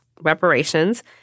reparations